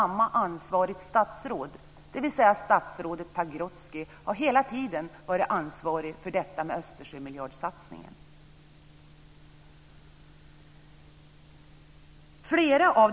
Men det har hela tiden varit samma statsråd som har varit ansvarigt för Östersjömiljardsatsningen, dvs. statsrådet Pagrotsky.